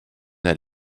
der